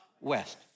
west